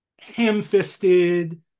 ham-fisted